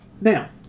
Now